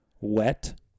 wet